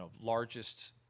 largest